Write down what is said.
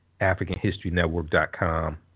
AfricanHistoryNetwork.com